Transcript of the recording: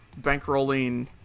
bankrolling